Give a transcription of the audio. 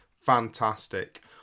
fantastic